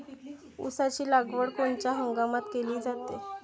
ऊसाची लागवड कोनच्या हंगामात केली जाते?